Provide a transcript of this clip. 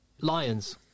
Lions